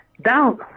Down